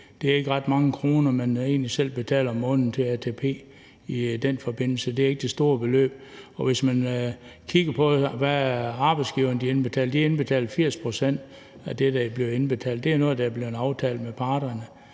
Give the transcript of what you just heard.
Det er ikke ret mange kroner, man egentlig selv betaler om måneden til ATP. Det er ikke det store beløb, og hvis man kigger på, hvad arbejdsgiverne indbetaler, så indbetaler de 80 pct. af det, der bliver indbetalt. Det er noget, der er blevet aftalt med parterne.